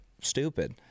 stupid